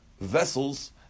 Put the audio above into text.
vessels